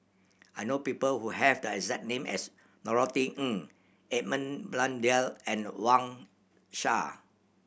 I know people who have the exact name as Norothy Ng Edmund Blundell and Wang Sha